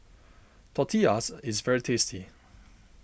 Tortillas is very tasty